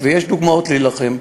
להילחם, ויש דוגמאות למלחמה.